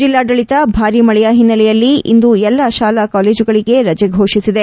ಜಿಲ್ಡಾಡಳಿತ ಭಾರೀ ಮಳೆಯ ಹಿನ್ನಲೆಯಲ್ಲಿ ಇಂದು ಎಲ್ಲ ಶಾಲಾ ಕಾಲೇಜುಗಳಿಗೆ ರಜೆ ಫೋಷಿಸಿದೆ